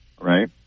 right